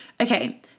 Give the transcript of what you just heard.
Okay